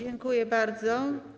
Dziękuję bardzo.